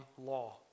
law